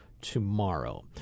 tomorrow